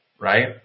Right